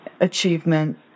achievement